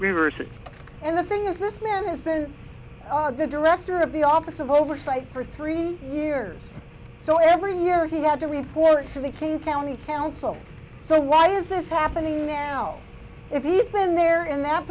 reverse it and the thing is this man is then the director of the office of oversight for three years so every year he had to report to the king county council so why is this happening now if he's been there in that